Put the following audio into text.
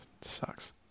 Sucks